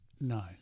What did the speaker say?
No